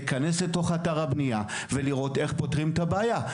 להיכנס אל תוך אתרי הבנייה ולראות איך פותרים את הבעיה.